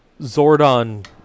Zordon